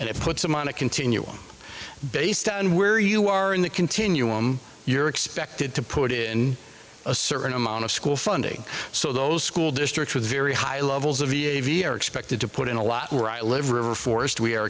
and it puts them on a continuum based on where you are in the continuum you're expected to put in a certain amount of school funding so those school districts with very high levels of e a v are expected to put in a lot where i live or are forced we are